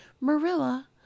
marilla